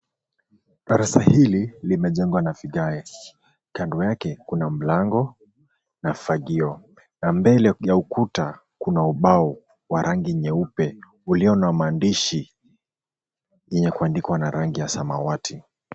Darasa hili limejengwa na vigae. Kando yake kuna mlango na fagio na mbele ya ukuta kuna ubao wa rangi nyeupe ulio na maandishi yenye kuandikwa na rangi ya samawati.